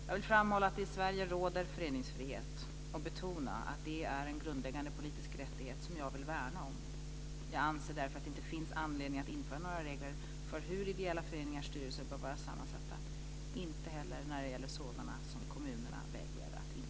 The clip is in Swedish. Jag vill framhålla att det i Sverige råder föreningsfrihet och betona att det är en grundläggande politisk rättighet som jag vill värna. Jag anser därför att det inte finns anledning att införa några regler för hur ideella föreningars styrelser bör vara sammansatta, inte heller när det gäller sådana som kommunerna väljer att inrätta.